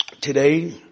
today